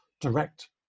direct